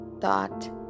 thought